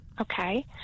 Okay